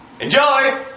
Enjoy